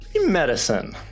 medicine